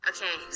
Okay